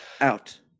out